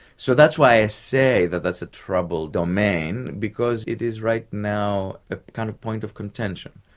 so that's why i say that that's a troubled domain, because it is right now a kind of point of contention.